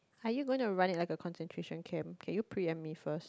are you gonna run it like a concentration camp can you pre empt me first